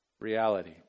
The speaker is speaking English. reality